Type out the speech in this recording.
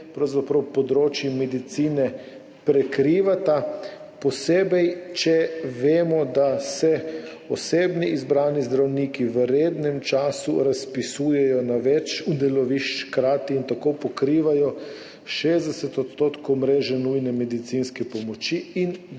področji medicine pravzaprav prekrivata, posebej če vemo, da se osebni izbrani zdravniki v rednem času razpisujejo na več delovišč hkrati in tako pokrivajo 60 % mreže nujne medicinske pomoči in dežurne